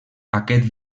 aquest